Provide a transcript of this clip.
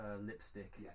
lipstick